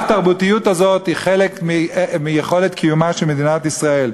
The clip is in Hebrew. הרב-תרבותיות הזאת היא חלק מיכולת קיומה של מדינת ישראל,